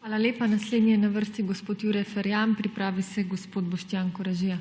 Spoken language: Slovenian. Hvala lepa. Naslednji je na vrsti gospod Jure Ferjan, pripravi se gospod Boštjan Koražija.